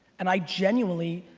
and i genuinely,